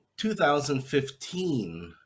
2015